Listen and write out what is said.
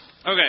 Okay